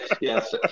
yes